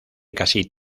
casi